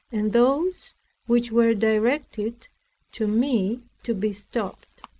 and those which were directed to me, to be stopped.